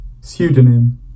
Pseudonym